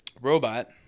robot